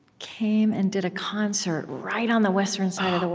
came and did a concert right on the western side of the wall,